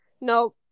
No